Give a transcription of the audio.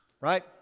Right